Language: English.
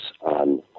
on